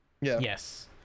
Yes